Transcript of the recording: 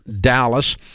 Dallas